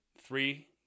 three